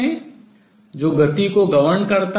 जो गति को govern नियंत्रित करता है